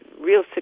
real